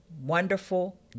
wonderful